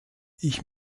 ich